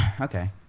Okay